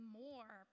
more